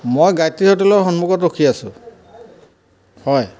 মই গায়ত্ৰী হোটেলৰ সন্মুখত ৰখি আছো হয়